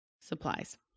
supplies